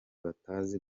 batazi